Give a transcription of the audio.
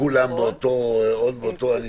וכולם באותה ענישה?